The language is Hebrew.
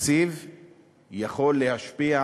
בתקציב יכול להשפיע,